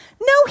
No